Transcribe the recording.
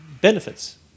benefits